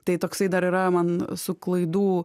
tai toksai dar yra man su klaidų